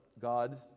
God